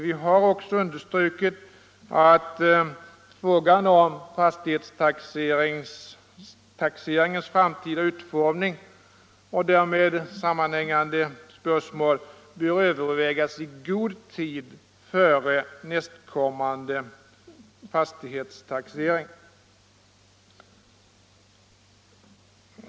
Vi har emellertid understrukit att frågan om fastighetstaxeringens framtida utformning och därmed sammanhängande spörsmål bör övervägas i god tid före nästkommande fastighetstaxering.